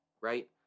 right